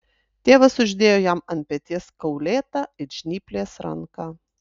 tėvas uždėjo jam ant peties kaulėtą it žnyplės ranką